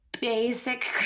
Basic